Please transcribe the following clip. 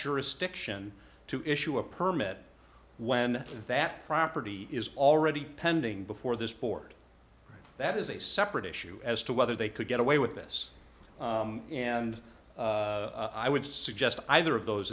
jurisdiction to issue a permit when that property is already pending before this board that is a separate issue as to whether they could get away with this and i would suggest either of those